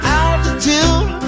altitude